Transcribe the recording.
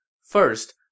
First